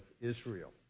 Israel